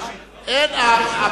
אז למה אין תשובת שר?